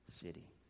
city